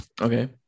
Okay